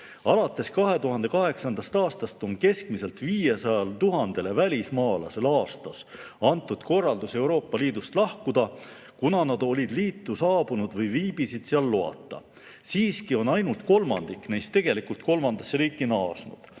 Alates 2008. aastast on keskmiselt 500 000 välismaalasele aastas antud korraldus Euroopa Liidust lahkuda, kuna nad olid liitu saabunud või viibisid seal loata. Siiski on ainult kolmandik neist tegelikult kolmandasse riiki naasnud